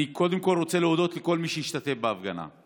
אני קודם כול רוצה להודות לכל מי שהשתתף בהפגנה,